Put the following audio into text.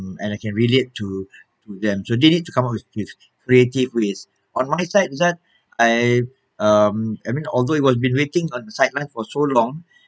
and I can relate to to them so they need to come up with with creative ways on my side azad I um I mean although it was been waiting on the sideline for so long